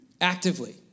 actively